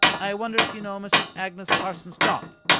i wonder if you know mrs. agnes parsons jopp?